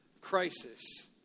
crisis